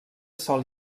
sol